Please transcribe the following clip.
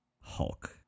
Hulk